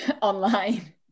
online